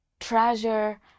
treasure